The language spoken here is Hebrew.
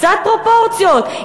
קצת פרופורציות.